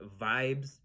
vibes